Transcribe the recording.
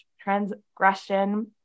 transgression